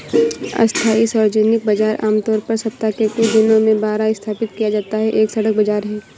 अस्थायी सार्वजनिक बाजार, आमतौर पर सप्ताह के कुछ दिनों में बाहर स्थापित किया जाता है, एक सड़क बाजार है